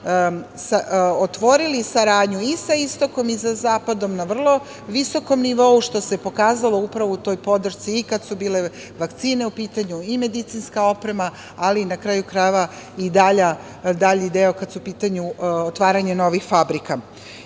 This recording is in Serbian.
otvorili saradnju i sa istokom i sa zapadom na vrlo visokom nivou, što se pokazalo upravo u toj podršci i kad su bile vakcine u pitanju i medicinska oprema, ali i dalji deo kada je u pitanju otvaranje novih